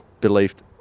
believed